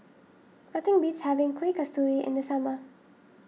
nothing beats having Kueh Kasturi in the summer